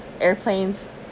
airplanes